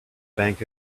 bank